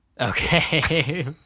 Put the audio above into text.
Okay